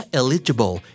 eligible